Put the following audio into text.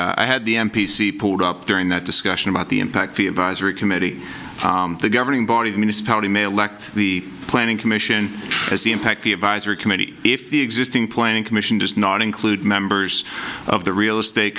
funds i had the m p c pulled up during that discussion about the impact the advisory committee the governing body of municipality male elect the planning commission has the impact the advisory committee if the existing planning commission does not include members of the real estate